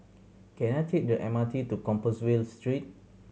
can I take the M R T to Compassvale Street